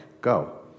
Go